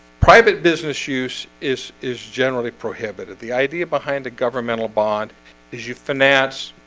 private business use is is generally prohibited. the idea behind a governmental bond is you finance